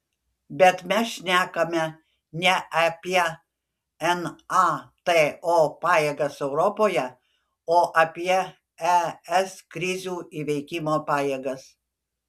bet mes šnekame ne apie nato pajėgas europoje o apie es krizių įveikimo pajėgas